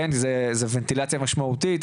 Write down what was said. זו וינטלציה משמעותית,